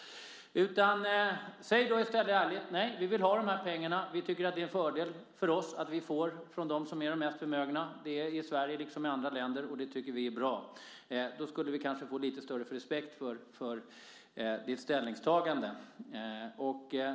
Säg i stället ärligt: Vi vill ha de här pengarna, vi tycker att det är en fördel för oss att vi får från dem som är de mest förmögna i Sverige, liksom i andra länder, och det tycker vi är bra. Då skulle vi kanske få lite större respekt för ditt ställningstagande.